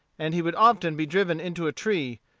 and he would often be driven into a tree,